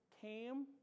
came